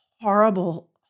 horrible